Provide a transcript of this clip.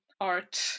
art